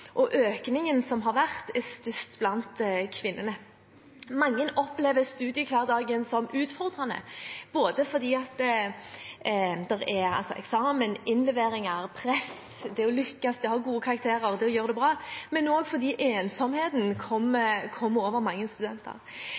og økningen er størst blant kvinnene. Mange opplever studiehverdagen som utfordrende, både fordi det er eksamen, innleveringer, press – det å lykkes, ha gode karakterer, gjøre det bra – og fordi ensomheten kommer over mange studenter.